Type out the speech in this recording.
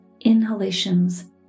inhalations